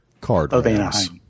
Cardinals